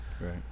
Right